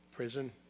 prison